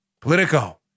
Politico